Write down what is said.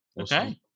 Okay